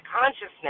consciousness